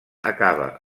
acaba